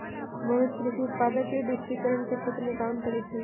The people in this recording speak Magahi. मोहित कृषि उत्पादक के डिजिटिकरण के क्षेत्र में काम करते हई